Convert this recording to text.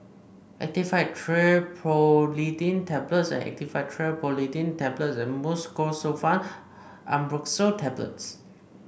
Actifed Triprolidine Tablets Actifed Triprolidine Tablets and Mucosolvan AmbroxoL Tablets